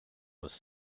was